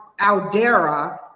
Aldera